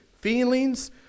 feelings